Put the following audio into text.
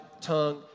tongue